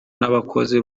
n’abakozi